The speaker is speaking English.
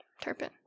Turpin